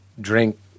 drink